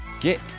Get